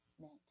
meant